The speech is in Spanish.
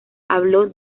habló